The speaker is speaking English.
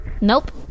Nope